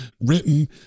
written